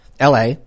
LA